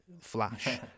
flash